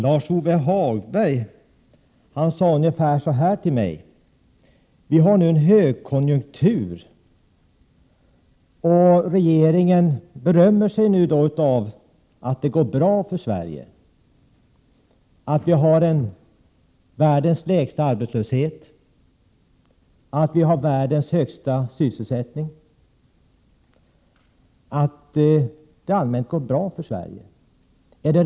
Lars-Ove Hagberg sade ungefär så här: Vi har nu en högkonjunktur, och regeringen berömmer sig av att det går bra för Sverige, att vi har världens lägsta arbetslöshet och världens högsta sysselsättning. Är detta regeringens förtjänst?